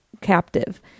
captive